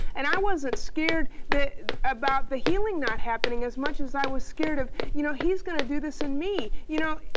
and i wasn't scared about the healing not happening as much as i was scared of you know, he's going to do this in me. you know,